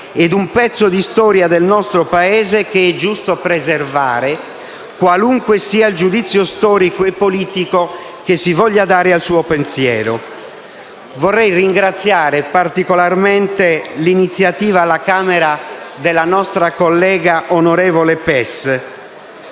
e un pezzo di storia del nostro Paese che è giusto preservare qualunque sia il giudizio storico e politico che si voglia dare al suo pensiero. Vorrei ringraziare per l'iniziativa assunta dalla nostra collega, onorevole Pes,